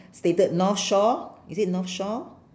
stated north shore is it north shore